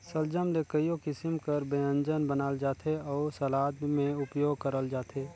सलजम ले कइयो किसिम कर ब्यंजन बनाल जाथे अउ सलाद में उपियोग करल जाथे